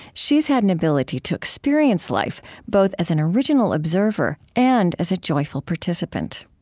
she's had an ability to experience life both as an original observer and as a joyful participant